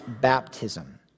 baptism